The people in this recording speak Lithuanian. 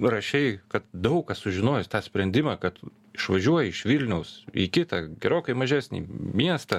rašei kad daug kas sužinojęs tą sprendimą kad išvažiuoji iš vilniaus į kitą gerokai mažesnį miestą